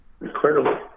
incredible